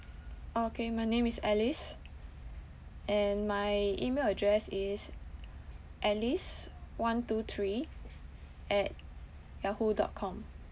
okay my name is alice and my email address is alice one two three at yahoo dot com